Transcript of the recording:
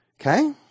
Okay